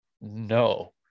No